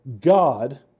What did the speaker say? God